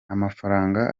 amafaranga